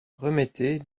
remettez